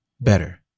better